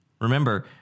Remember